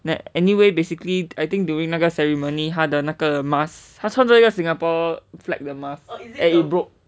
anyway basically I think during 那个 ceremony 他的那个 mask 他穿着一个 singapore flag 的 mask and he broke